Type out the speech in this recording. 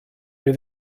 fydd